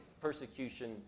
persecution